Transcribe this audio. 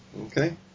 Okay